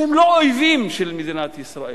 שהם לא אויבים של מדינת ישראל,